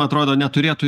atrodo neturėtų